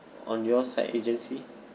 on your side agency